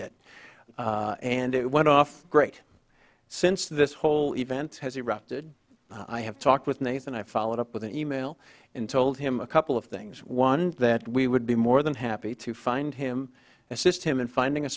did and it went off great since this whole event has erupted i have talked with nathan i followed up with an e mail and told him a couple of things one that we would be more than happy to find him assist him in finding a